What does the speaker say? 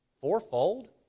Fourfold